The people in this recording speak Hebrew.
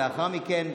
לאחר מכן,